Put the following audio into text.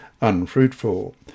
unfruitful